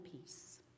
peace